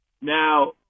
Now